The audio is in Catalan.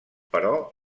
però